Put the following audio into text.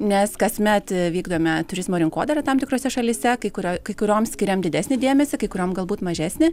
nes kasmet vykdome turizmo rinkodarą tam tikrose šalyse kai kurioj kai kurioms skiriam didesnį dėmesį kai kuriom galbūt mažesnį